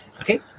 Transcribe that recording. okay